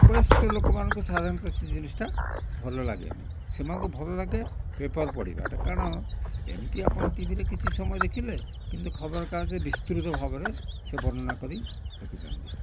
ବୟସ୍କ ଲୋକମାନଙ୍କୁ ସାଧାରଣତ ସେ ଜିନିଷଟା ଭଲ ଲାଗେନି ସେମାନଙ୍କୁ ଭଲ ଲାଗେ ପେପର୍ ପଢ଼ିବାଟା କାରଣ ଏମିତି ଆପଣ ଟିଭିରେ କିଛି ସମୟ ଦେଖିଲେ କିନ୍ତୁ ଖବର କାଗଜରେ ବିସ୍ତୃତ ଭାବରେ ସେ ବର୍ଣ୍ଣନା କରି ଲେଖୁଛନ୍ତି